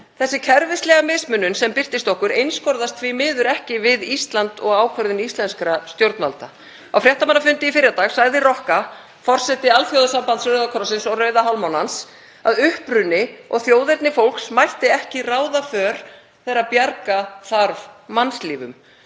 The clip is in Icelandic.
þessi kerfislæga mismunun sem birtist okkur einskorðast því miður ekki við Ísland og ákvörðun íslenskra stjórnvalda. Á fréttamannafundi í fyrradag sagði Rocca, forseti Alþjóðasambands Rauða krossins og Rauða hálfmánans, að uppruni og þjóðerni fólks mætti ekki ráða för þegar bjarga þarf mannslífum.